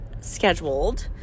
scheduled